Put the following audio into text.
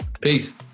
Peace